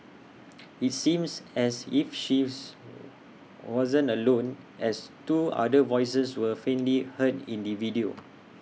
IT seems as if she wasn't alone as two other voices were faintly heard in the video